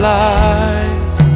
life